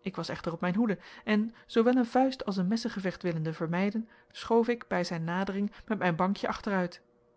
ik was echter op mijn hoede en zoowel een vuist als een messengevecht willende vermijden schoof ik bij zijn nadering met mijn bankje achteruit